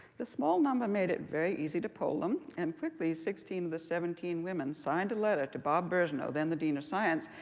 the small number made it very easy to poll them, and quickly sixteen seventeen women signed a letter to bob birgeneau, then the dean of science,